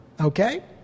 Okay